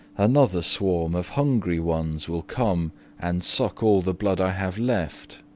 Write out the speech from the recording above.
another swarm of hungry ones will come and suck all the blood i have left,